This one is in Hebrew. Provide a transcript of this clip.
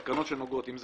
התקנות שנוגעות, אם זה